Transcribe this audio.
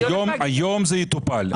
היום זה יטופל.